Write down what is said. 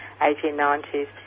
1890s